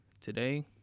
today